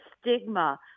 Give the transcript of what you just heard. stigma